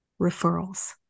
referrals